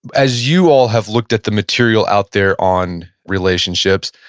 as you all have looked at the material out there on relationships,